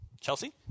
Chelsea